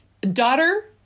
daughter